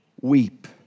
weep